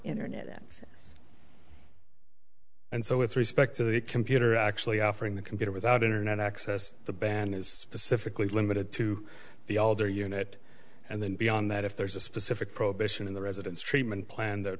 access and so with respect to the computer actually offering the computer without internet access the ban is specifically limited to the older unit and then beyond that if there's a specific prohibition in the residence treatment plan